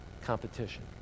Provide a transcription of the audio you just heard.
competition